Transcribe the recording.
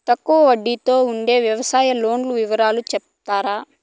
తక్కువ వడ్డీ తో ఉండే వ్యవసాయం లోను వివరాలు సెప్తారా?